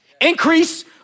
Increase